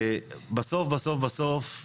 בסוף בסוף,